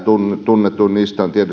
tunnetuin niistä